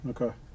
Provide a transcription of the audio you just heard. Okay